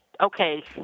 okay